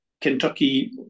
Kentucky